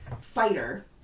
fighter